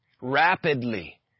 rapidly